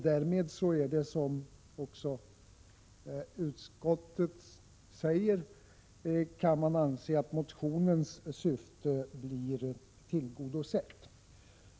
Därmed kan det anses, som utskottet säger, att motionens syfte blir tillgodosett.